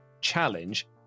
challenge